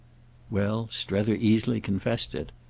well, strether easily confessed it.